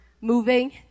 moving